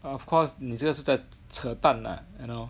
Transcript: of course 你真的是在扯蛋 you know